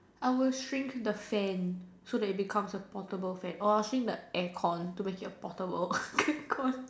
I will shrink the fan so that it'll become a portable fan or I'll shrink the air con to make it a portable air con